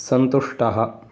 सन्तुष्टः